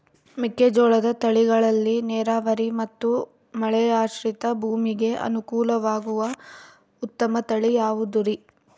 ಮೆಕ್ಕೆಜೋಳದ ತಳಿಗಳಲ್ಲಿ ನೇರಾವರಿ ಮತ್ತು ಮಳೆಯಾಶ್ರಿತ ಭೂಮಿಗೆ ಅನುಕೂಲವಾಗುವ ಉತ್ತಮ ತಳಿ ಯಾವುದುರಿ?